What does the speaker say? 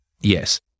yes